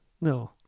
no